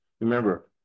Remember